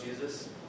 Jesus